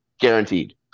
guaranteed